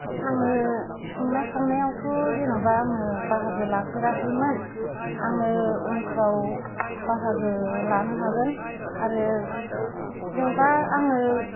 आङो संनाय खावनायावथ' जेन'बा आङो बाहागो लाफेराखौमोन आङो उनफ्राव बाहागो लानो हागोन आरो जेन'बा आङो